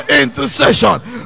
intercession